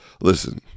Listen